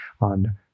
on